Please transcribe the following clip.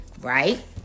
right